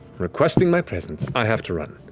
requesting my presence. i have to run.